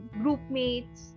groupmates